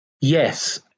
Yes